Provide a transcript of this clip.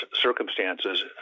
circumstances